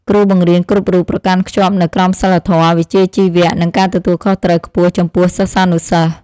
គ្រូបង្រៀនគ្រប់រូបប្រកាន់ខ្ជាប់នូវក្រមសីលធម៌វិជ្ជាជីវៈនិងការទទួលខុសត្រូវខ្ពស់ចំពោះសិស្សានុសិស្ស។